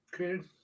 Okay